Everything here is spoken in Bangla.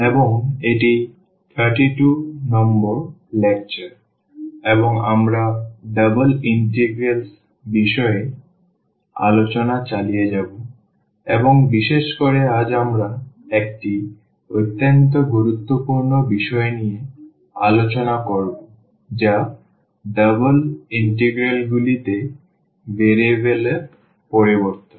এবং এটি 32 নম্বর লেকচার এবং আমরা ডাবল ইন্টিগ্রালস বিষয়ে আলোচনা চালিয়ে যাব এবং বিশেষ করে আজ আমরা একটি অত্যন্ত গুরুত্বপূর্ণ বিষয় নিয়ে আলোচনা করব যা ডাবল ইন্টিগ্রালগুলিতে ভেরিয়েবল এর পরিবর্তন